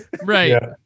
Right